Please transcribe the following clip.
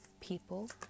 people